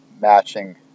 matching